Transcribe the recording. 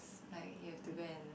like you have to go and